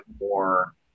more